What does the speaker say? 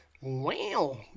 Wow